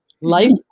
life